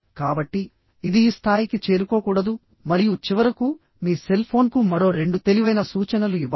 కాబట్టి ఇది ఈ స్థాయికి చేరుకోకూడదు మరియు చివరకు మీ సెల్ ఫోన్కు మరో రెండు తెలివైన సూచనలు ఇవ్వాలి